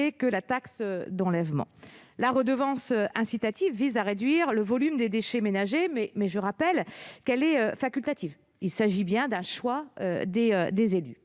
que la taxe d'enlèvement. La redevance incitative vise à réduire le volume des déchets ménagers, mais je rappelle qu'elle est facultative : il s'agit d'un choix des élus.